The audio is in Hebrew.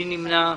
מי נמנע?